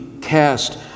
cast